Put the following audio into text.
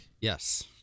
Yes